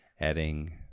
adding